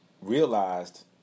realized